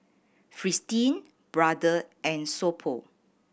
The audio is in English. Fristine Brother and So Pho